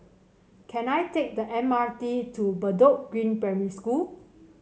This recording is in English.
can I take the M R T to Bedok Green Primary School